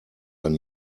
ein